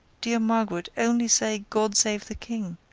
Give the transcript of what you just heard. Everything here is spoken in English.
dear margaret, only say, god save the king!